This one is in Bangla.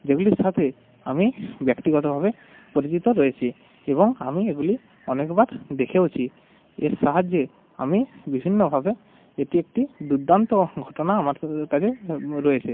যেগুলির সাথে আমি ব্যক্তিগতভাবে পরিচিত রয়েছি এবং আমি এগুলি অনেকবার দেখেওছি এর সাহায্যে আমি বিভিন্নভাবে এটি একটি দুর্দান্ত ঘটনা আমার কাছে রয়েছে